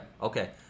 okay